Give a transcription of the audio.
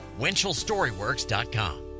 winchellstoryworks.com